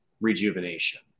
rejuvenation